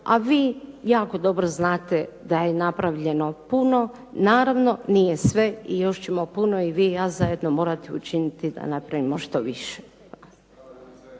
a vi jako dobro znate da je napravljeno puno. Naravno nije sve i još ćemo puno i vi i ja zajedno morati učiniti da napravimo što više.